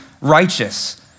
righteous